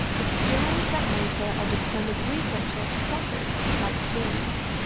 the skills that made her a determined researcher scattered like clues.